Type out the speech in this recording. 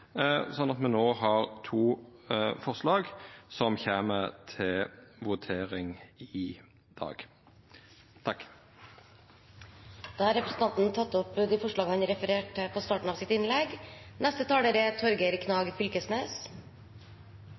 at me no har to forslag som kjem til votering i dag. Da har representanten Geir Pollestad tatt opp de forslagene han refererte til i starten av sitt innlegg.